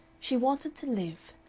she wanted to live.